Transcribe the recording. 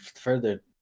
further